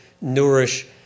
nourish